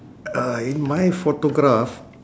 uh in my photograph